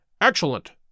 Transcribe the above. Excellent